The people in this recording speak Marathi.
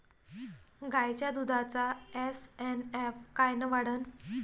गायीच्या दुधाचा एस.एन.एफ कायनं वाढन?